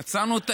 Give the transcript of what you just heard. עצרנו.